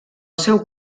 seu